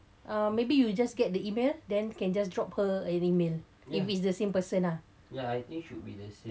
maybe you just get the email then can just drop her an email if it's the same person lah